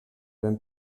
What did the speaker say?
ben